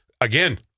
again